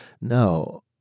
No